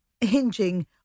hinging